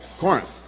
Corinth